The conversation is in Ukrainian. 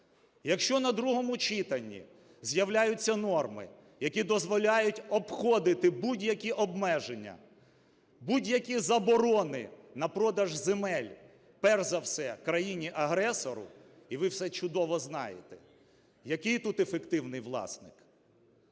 Якщо на другому читанні з'являються норми, які дозволяють обходити будь-які обмеження, будь-які заборони на продаж земель перш за все країні-агресору і ви все чудово знаєте, який тут ефективний власник?